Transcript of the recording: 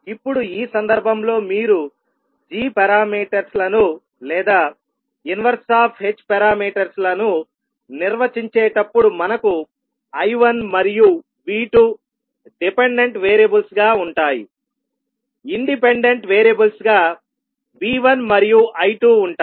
ఇప్పుడు ఈ సందర్భంలో మీరు g పారామీటర్స్ లను లేదా ఇన్వెర్స్ ఆఫ్ h పారామీటర్స్ లను నిర్వచించేటప్పుడు మనకు I1 మరియు V2 డిపెండెంట్ వేరియబుల్స్ గా ఉంటాయి ఇండిపెండెంట్ వేరియబుల్స్ గా V1 మరియు I2 ఉంటాయి